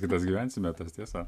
kitas gyvensime tas tiesa